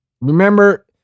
remember